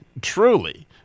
Truly